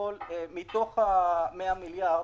מתוך ה-100 מיליארד,